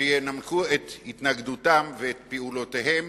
שינמקו את התנגדותם ואת פעולותיהם